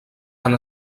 han